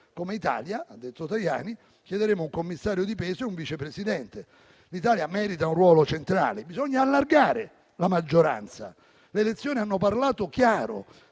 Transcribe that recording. Come Italia, ha detto Tajani, chiederemo un Commissario di peso e un Vice Presidente. L'Italia merita un ruolo centrale. Bisogna allargare la maggioranza. Le elezioni hanno parlato chiaro.